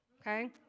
Okay